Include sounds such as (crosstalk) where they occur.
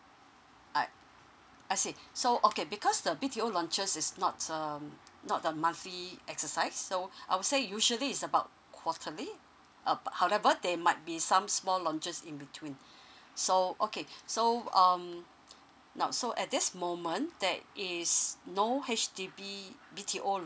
I I see so okay because the B_T_O launchers is nots um not a monthly exercise so I'll say usually is about quarterly uh however they might be some small launches in between (breath) so okay so um now so at this moment that is no H_D_B B_T_O